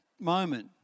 moment